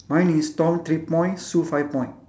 mine is tom three point sue five point